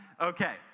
Okay